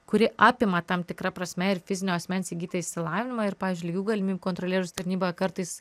kuri apima tam tikra prasme ir fizinio asmens įgytą išsilavinimą ir pavyzdžiui lygių galimybių kontrolieriaus tarnyba kartais